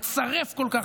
המצרף כל כך,